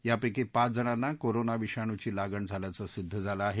यापैकी पाचजणांना कोरोना विषाणूची लागण झाल्याचं सिद्ध झालं आहे